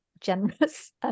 generous